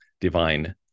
divine